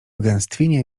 gęstwinie